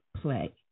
play